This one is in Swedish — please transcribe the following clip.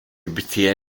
beter